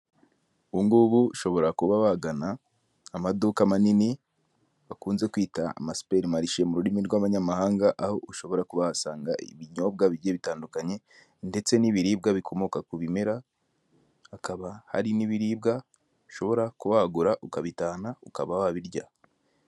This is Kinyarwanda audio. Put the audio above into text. Ubu ngubu ushobora kuba wagana amaduka manini bakunze kwita amasiperi marishe mu rurimi rw'abanyamahanga aho ushobora kuba wahasanga ibinyobwa bigiye bitandukanye ndetse n'ibiribwa bikomoka ku bimera, hakaba hari n'ibiribwa ushobora kuba wagura ukabitana ukaba wabirya.